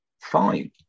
fine